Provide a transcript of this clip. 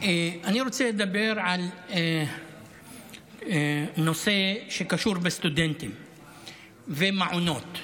אני רוצה לדבר על נושא שקשור בסטודנטים ומעונות.